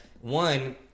one